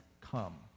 come